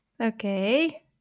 Okay